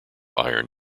iron